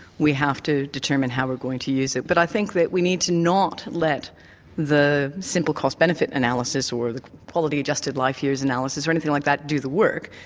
we have to determine how we're going to use it. but i think that we need to not let the simple cost-benefit analysis, or the quality-adjusted life years analysis or anything like that do the work.